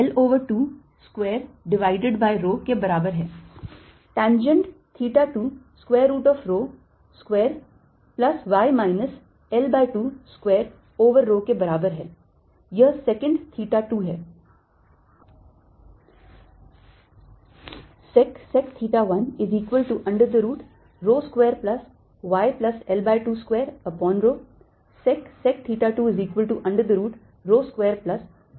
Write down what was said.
और इसलिए secant theta 1 square root of rho square plus y plus L over 2 square divided by rho के बराबर है tangent theta 2 square root of rho square plus y minus L by 2 square over rho के बराबर है यह secant theta 2 है